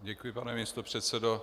Děkuji, pane místopředsedo.